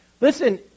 Listen